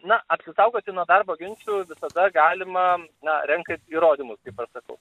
na apsisaugoti nuo darbo ginčų visada galima na renkant įrodymus kaip aš sakau